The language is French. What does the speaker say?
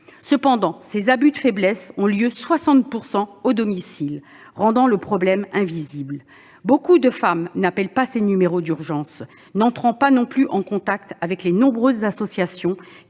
Cependant, ces abus de faiblesse ont lieu à 60 % au domicile, rendant le problème invisible. Beaucoup de femmes n'appellent pas ces numéros d'urgence, et n'entrent pas non plus en contact avec les nombreuses associations